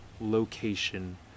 location